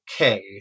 okay